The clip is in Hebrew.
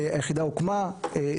היחידה הוקמה.